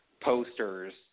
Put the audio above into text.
posters